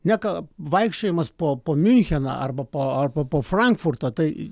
neka vaikščiojimas po po miuncheną arba po ar po frankfurtą tai